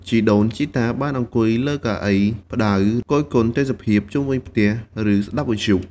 ជីដូនជីតាបានអង្គុយលើកៅអីផ្តៅ គយគន់ទេសភាពជុំវិញផ្ទះ ឬស្តាប់វិទ្យុ។